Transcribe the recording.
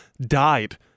died